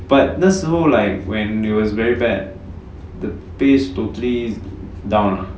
but 那时候 like when it was very bad the pay's totally down